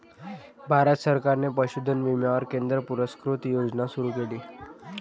भारत सरकारने पशुधन विम्यावर केंद्र पुरस्कृत योजना सुरू केली